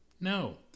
No